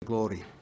glory